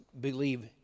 believe